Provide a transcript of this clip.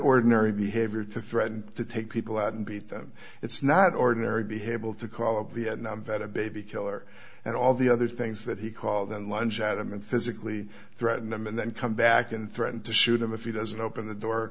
ordinary behavior to threaten to take people out and beat them it's not ordinary behavioral to call a vietnam vet a baby killer and all the other things that he called them lunge at him and physically threaten them and then come back and threaten to shoot him if he doesn't open the door